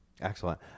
excellent